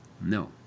no